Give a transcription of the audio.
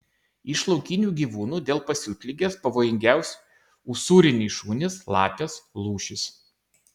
iš laukinių gyvūnų dėl pasiutligės pavojingiausi usūriniai šunys lapės lūšys